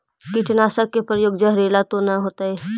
कीटनाशक के प्रयोग, जहरीला तो न होतैय?